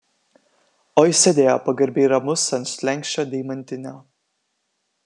o jis sėdėjo pagarbiai ramus ant slenksčio deimantinio